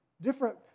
different